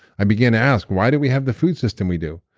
i began to ask, why do we have the food system we do?